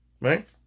right